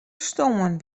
stoarn